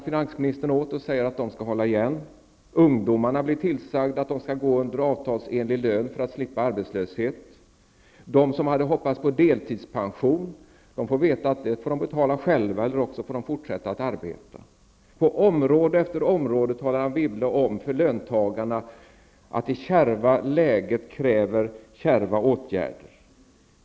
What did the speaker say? Finansministern hutar åt löntagarna att de skall hålla igen. Ungdomarna blir tillsagda att de skall gå med på löner som ligger under de avtalsenliga för att slippa arbetslöshet. De som hade hoppats på deltidspension får veta att de får betala denna själva eller också fortsätta att arbeta. På område efter område talar Anne Wibble om för löntagarna att det kärva läget kräver kärva åtgärder.